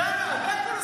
אתם כל הזמן מאשימים.